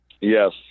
yes